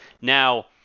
now